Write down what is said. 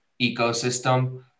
ecosystem